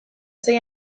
sei